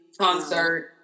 concert